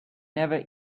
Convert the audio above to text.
never